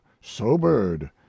sobered